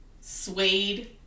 suede